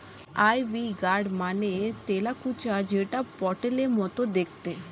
ivy gourd মানে তেলাকুচা যেটা পটলের মতো দেখতে